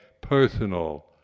personal